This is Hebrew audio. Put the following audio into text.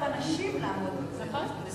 לאנשים לעמוד בזה.